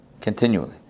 continually